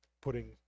putting